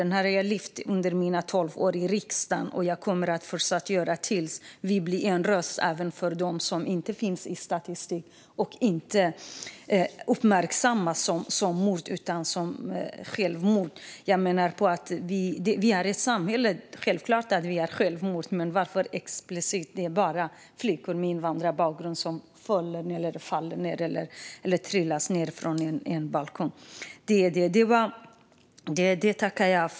Jag har lyft upp detta under mina tolv år i riksdagen, och jag kommer att fortsätta göra det tills vi blir en röst även för dem som inte finns i statistiken och vars död inte uppmärksammas som mord utan som självmord. Självklart har vi självmord i vårt samhälle, men varför - explicit - är det bara flickor med invandrarbakgrund som faller ned från en balkong?